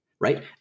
right